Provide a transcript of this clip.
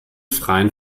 freien